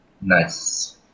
Nice